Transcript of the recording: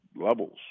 levels